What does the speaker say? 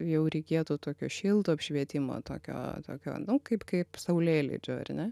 jau reikėtų tokio šilto apšvietimo tokio tokio nu kaip kaip saulėlydžio ar ne